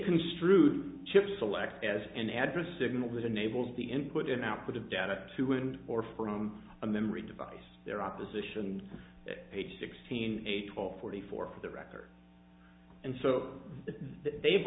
construed chip select as an address signal that enables the input and output of data to and or from a memory device their opposition page sixteen a twelve forty four for the record and so they've